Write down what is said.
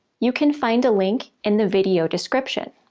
you can find a link in the video description.